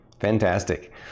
Fantastic